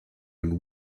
and